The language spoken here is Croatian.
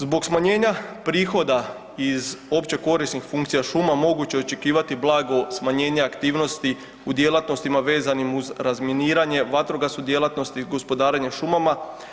Zbog smanjenja prihoda iz opće korisnih funkcija šuma moguće je očekivati blago smanjenje aktivnosti u djelatnostima vezanim uz razminiranje, vatrogasnu djelatnost i gospodarenje šumama.